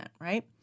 right